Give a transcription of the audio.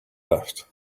left